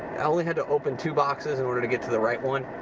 i only had to open two boxes in order to get to the right one,